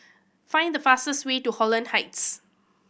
find the fastest way to Holland Heights